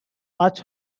much